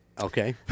Okay